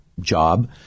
job